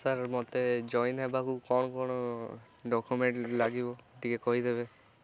sir ମୋତେ join ହେବାକୁ କ'ଣ କଣ ଡକୁମେଣ୍ଟ ଲାଗିବ ଟିକେ କହିଦେବେ